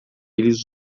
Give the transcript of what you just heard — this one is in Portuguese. eles